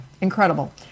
incredible